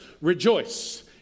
rejoice